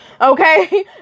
okay